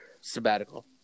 sabbatical